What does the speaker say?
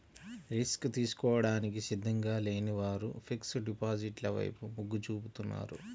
risk తీసుకోవడానికి సిద్ధంగా లేని వారు ఫిక్స్డ్ డిపాజిట్ల వైపు మొగ్గు చూపుతున్నారు